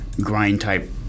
grind-type